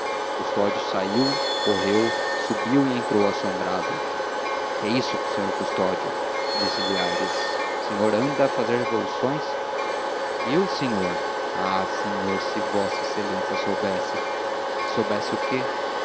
custódio saiu correu subiu e entrou assombrado que é isso sr custódio disse-lhe aires o senhor anda a fazer revoluções eu senhor ah senhor se v exa soubesse se soubesse o quê